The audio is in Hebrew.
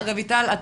רויטל,